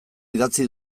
idatzi